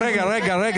רגע, רגע.